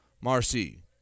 Marcy